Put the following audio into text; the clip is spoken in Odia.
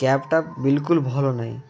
କ୍ୟାବ୍ଟା ବିଲ୍କୁଲ୍ ଭଲ ନାହିଁ